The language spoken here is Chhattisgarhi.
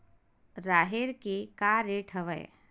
राहेर के का रेट हवय?